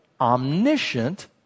omniscient